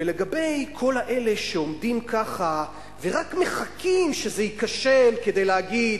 ולגבי כל אלה שעומדים ככה ורק מחכים שזה ייכשל כדי להגיד: